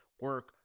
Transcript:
Work